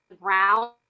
ground